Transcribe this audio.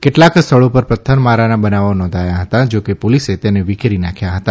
કેટલાંક સ્થળો પર પથ્થરમારાના બનાવો નોંધાથા હતા જો કે પોલીસે તેમને વિખેરી નાંખ્યા હતા